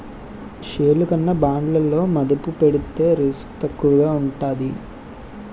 షేర్లు కన్నా బాండ్లలో మదుపు పెడితే రిస్క్ తక్కువగా ఉంటాది